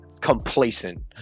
complacent